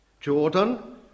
Jordan